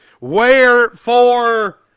Wherefore